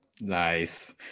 nice